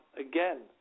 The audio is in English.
again